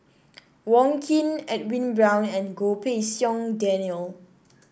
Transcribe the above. Wong Keen Edwin Brown and Goh Pei Siong Daniel